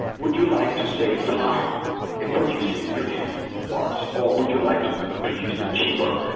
would you like to save time in producing your candy bars, or would you like to produce them cheaper,